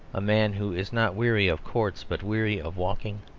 a man who is not weary of courts, but weary of walking,